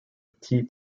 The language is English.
tea